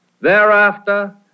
Thereafter